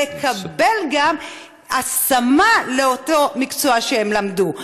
לקבל גם השמה באותו מקצוע שהם למדו.